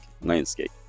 landscape